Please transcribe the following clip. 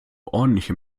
ordentliche